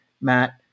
Matt